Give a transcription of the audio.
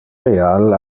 real